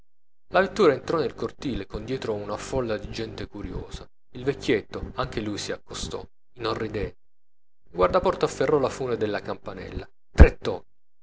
la vettura entrò nel cortile con dietro una folla di gente curiosa il vecchietto anche lui si accostò inorridendo il guardaporta afferrò la fune della campanella